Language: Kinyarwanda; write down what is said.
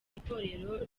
itorero